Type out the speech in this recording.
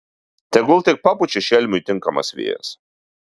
tegul tik papučia šelmiui tinkamas vėjas